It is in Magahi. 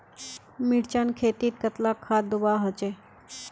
मिर्चान खेतीत कतला खाद दूबा होचे?